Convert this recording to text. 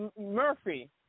Murphy